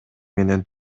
менен